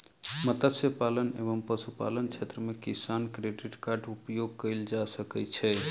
मत्स्य पालन एवं पशुपालन क्षेत्र मे किसान क्रेडिट कार्ड उपयोग कयल जा सकै छै